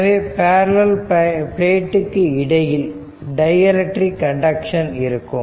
எனவே பேரலல் பிளாட்டுக்கு இடையில் டை எலக்ட்ரிக் கண்டக்ஷன் இருக்கும்